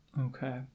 Okay